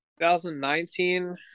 2019